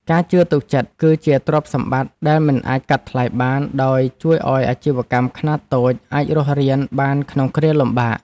ការជឿទុកចិត្ត គឺជាទ្រព្យសម្បត្តិដែលមិនអាចកាត់ថ្លៃបានដែលជួយឱ្យអាជីវកម្មខ្នាតតូចអាចរស់រានបានក្នុងគ្រាលំបាក។